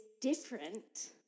different